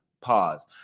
Pause